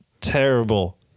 terrible